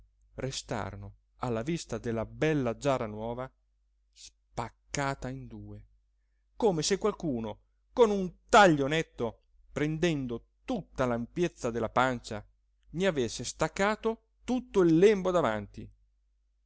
restarono alla vista della bella giara nuova spaccata in due come se qualcuno con un taglio netto prendendo tutta l'ampiezza della pancia ne avesse staccato tutto il lembo davanti